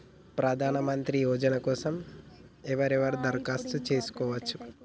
ప్రధానమంత్రి యోజన కోసం ఎవరెవరు దరఖాస్తు చేసుకోవచ్చు?